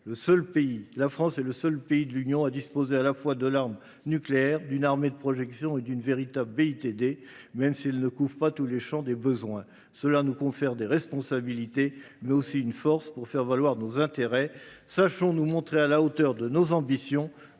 La France est le seul pays de l’Union à disposer à la fois de l’arme nucléaire, d’une armée de projection et d’une véritable BITD, même si elle ne couvre pas tous les champs des besoins. Cela nous confère des responsabilités, mais aussi une force pour faire valoir nos intérêts. Sachons nous montrer à la hauteur de nos ambitions